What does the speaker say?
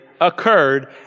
occurred